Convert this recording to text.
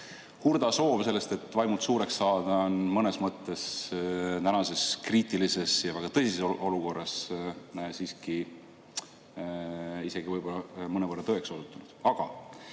Hurda soov sellest, et vaimult suureks saada, on mõnes mõttes tänases kriitilises ja väga tõsises olukorras isegi võib-olla mõnevõrra tõeks osutunud. Aga